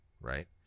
Right